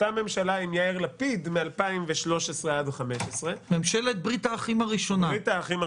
אותה ממשלה עם יאיר לפיד מ-2013 עד 2015. ממשלת ברית האחים הראשונה.